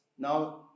Now